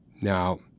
Now